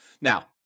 Now